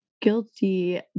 guilty